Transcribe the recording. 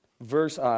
Verse